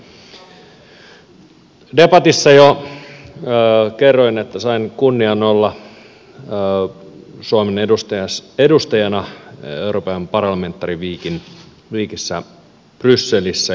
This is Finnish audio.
debatissa jo kerroin että sain kunnian olla suomen edustajana european parliamentary weekissä brysselissä